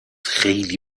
خیلی